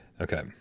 Okay